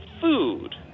food